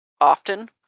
often